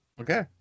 Okay